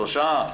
שלושה,